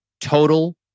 total